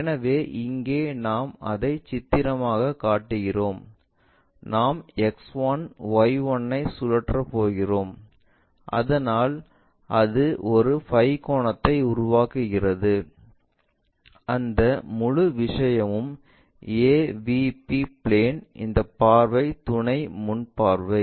எனவே இங்கே நாம் அதை சித்திரமாக காட்டுகிறோம் நாம் X1Y1 ஐ சுழற்றப் போகிறோம் அதனால் அது ஒரு பை கோணத்தை உருவாக்குகிறது அந்த முழு விஷயமும் AVP பிளேன் இந்த பார்வை துணை முன் பார்வை